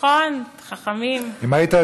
כולם בוגדים,